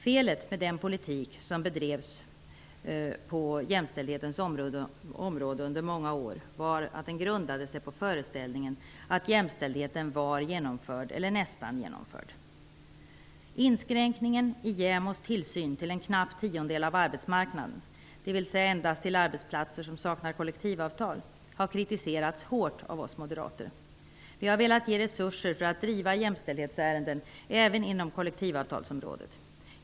Felet med den politik som bedrevs på jämställdhetens område under många år var att den grundade sig på föreställningen att jämställdheten var genomförd, eller nästan genomförd. Inskränkningen av JämO:s tillsyn till en knapp tiondel av arbetsmarknaden, dvs. endast till arbetsplatser som saknar kollektivavtal har kritiserats hårt av oss moderater. Vi har velat ge resurser för att driva jämställdhetsärenden även inom kollektivavtalsområdet.